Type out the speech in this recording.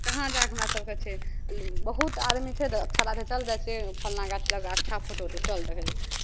कहाँ जायके हमरा सभकेँ छै बहुत आदमी छै नहि अच्छा जगह चल जाइ छै फल्लाँ गाछ लग अच्छा फोटो तऽ चल तखन